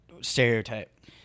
stereotype